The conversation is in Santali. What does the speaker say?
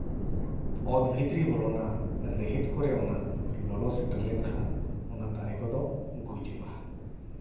ᱚᱛ ᱵᱷᱤᱛᱨᱤ ᱵᱚᱞᱚᱱᱟ ᱨᱮᱦᱮᱫ ᱠᱚᱨᱮ ᱚᱱᱟ ᱞᱚᱞᱚ ᱥᱮᱴᱮᱨ ᱞᱮᱱᱠᱷᱟᱱ ᱚᱱᱟ ᱫᱟᱨᱮ ᱠᱚᱫᱚ ᱜᱩᱡᱩᱜᱼᱟ